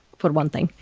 for one thing?